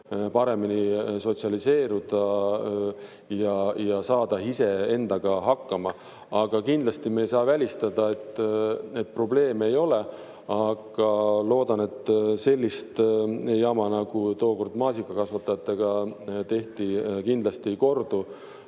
paremini sotsialiseeruda ja saada ise endaga hakkama. Aga kindlasti me ei saa välistada, et probleeme on. Aga loodan, et selline jama, nagu tookord maasikakasvatajatega tehti, kindlasti ei kordu.